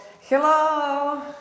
Hello